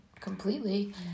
completely